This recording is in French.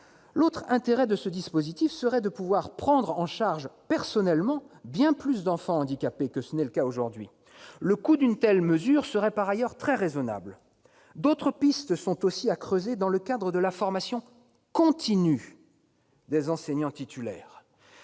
L'autre intérêt de ce dispositif serait de permettre la prise en charge individuelle d'enfants handicapés en bien plus grand nombre qu'aujourd'hui. Le coût d'une telle mesure serait par ailleurs très raisonnable. D'autres pistes sont aussi à creuser dans le cadre de la formation continue des enseignants titulaires.